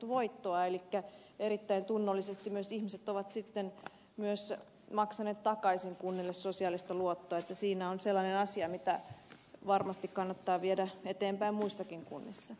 elikkä erittäin tunnollisesti myös ihmiset ovat sitten myös maksaneet takaisin kunnille sosiaalista luottoa että siinä on sellainen asia mitä varmasti kannattaa viedä eteenpäin muissakin kunnissa